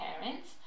parents